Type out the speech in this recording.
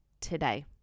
today